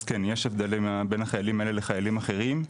אז כן יש הבדל בין החיילים האלה לחיילים אחרים,